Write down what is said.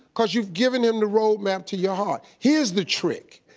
cause you've given him the road map to your heart. here's the trick.